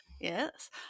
yes